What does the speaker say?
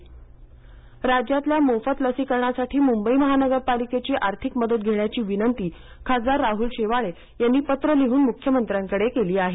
मोफत लसीकरण राज्यातील मोफत लसीकरणासाठी मुंबई महानगरपालिकेची आर्थिक मदत घेण्याची विनंती खासदार राहुल शेवाळे यांनी पत्र लिहून मुख्यमंत्र्यांकडे केली आहे